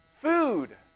food